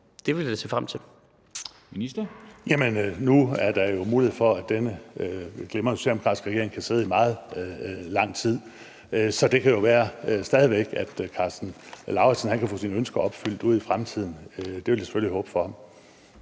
ligestilling (Mogens Jensen): Jamen nu er der jo mulighed for, at denne glimrende socialdemokratiske regering kan sidde i meget lang tid, så det kan jo være, at Karsten Lauritzen kan få sine ønsker opfyldt ude i fremtiden. Det vil jeg da selvfølgelig håbe for ham.